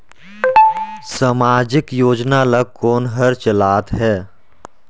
समाजिक योजना ला कोन हर चलाथ हे?